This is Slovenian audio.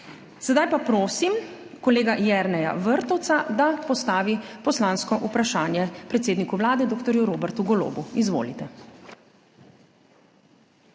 Sedaj pa prosim kolega Jerneja Vrtovca, da postavi poslansko vprašanje predsedniku Vlade dr. Robertu Golobu. Izvolite.